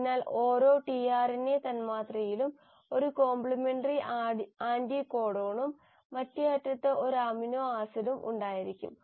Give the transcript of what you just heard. അതിനാൽ ഓരോ ടിആർഎൻഎ തന്മാത്രയിലും ഒരു കോംപ്ലിമെന്ററി ആന്റികോഡണും മറ്റേ അറ്റത്ത് ഒരു അമിനോ ആസിഡും ഉണ്ടായിരിക്കും